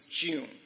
June